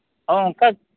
ᱚ ᱚᱱᱠᱟ